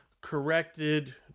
corrected